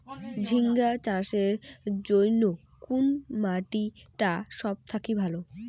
ঝিঙ্গা চাষের জইন্যে কুন মাটি টা সব থাকি ভালো?